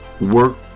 work